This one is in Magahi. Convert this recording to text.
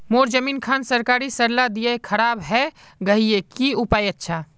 मोर जमीन खान सरकारी सरला दीया खराब है गहिये की उपाय अच्छा?